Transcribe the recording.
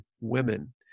women